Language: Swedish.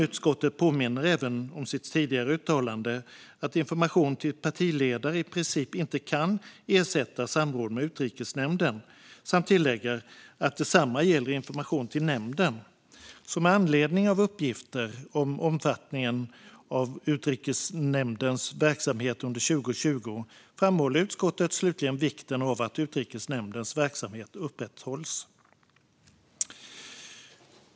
Utskottet påminner även om sitt tidigare uttalande att information till partiledare i princip inte kan ersätta samråd med Utrikesnämnden och tillägger att detsamma gäller information till nämnden. Med anledning av uppgifter om omfattningen av Utrikesnämndens verksamhet under 2020 framhåller utskottet slutligen vikten av att Utrikesnämndens verksamhet upprätthålls.